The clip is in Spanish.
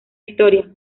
historia